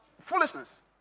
foolishness